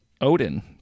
Odin